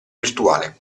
virtuale